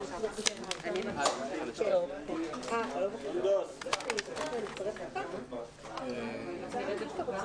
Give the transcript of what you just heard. הישיבה ננעלה בשעה 12:00.